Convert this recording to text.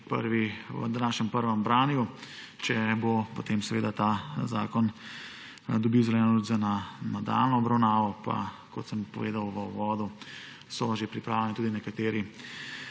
V današnjem prvem branju, če bo potem seveda ta zakon dobil zeleno luč za nadaljnjo obravnavo, pa, kot sem povedal v uvodu, so že pripravljeni tudi nekateri